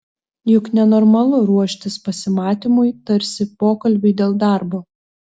juk nenormalu ruoštis pasimatymui tarsi pokalbiui dėl darbo